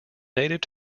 native